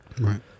Right